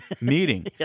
meeting